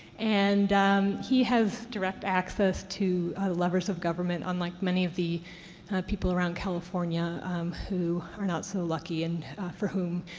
and he has direct access to levers of government, unlike many of the people around california who are not so lucky and for whom